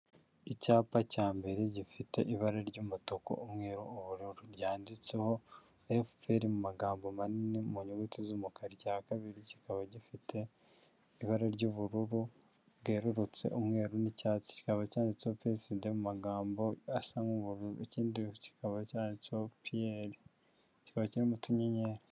Icyapa cya mbere gifite ibara ry'umutuku umweru ubururu ryanditseho fpr mu magambo manini mu nyuguti z'umukara icya kabiri kikaba gifite ibara ry'ubururu bwerurutse umweru n'icyatsi kikaba cyanditseho peside mu magambo asa nkubururu ikindi kikaba cyanditseho piere kiba kirimo utunyenyeri.